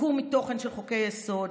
עיקור מתוכן של חוקי-יסוד,